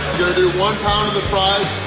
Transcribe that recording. gonna do one pound of the fries,